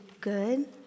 good